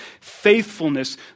faithfulness